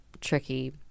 tricky